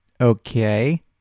Okay